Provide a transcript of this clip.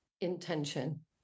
intention